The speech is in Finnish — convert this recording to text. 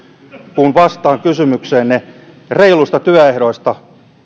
kun vastaan kysymykseenne reiluista työehdoista